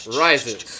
rises